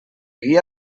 guia